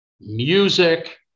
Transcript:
music